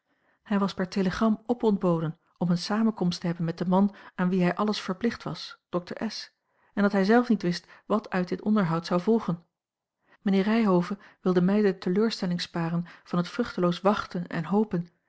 hij was per telegram opontboden om eene samenkomst te hebben met den man aan wien hij alles verplicht was dr s en dat hij zelf niet wist wat uit dit onderhoud zou volgen mijnheer ryhove wilde mij de teleurstelling sparen van het vruchteloos wachten en hopen